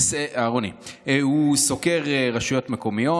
הוא סוקר רשויות מקומיות,